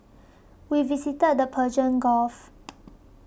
we visited the Persian Gulf